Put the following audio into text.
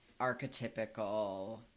archetypical